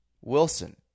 Wilson